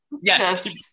Yes